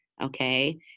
okay